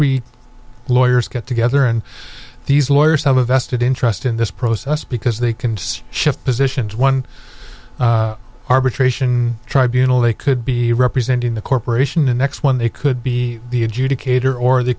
three lawyers get together and these lawyers have a vested interest in this process because they can shift positions one arbitration tribunals they could be representing the corporation the next one they could be the